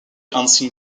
unseen